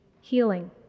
healing